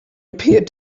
appeared